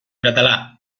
català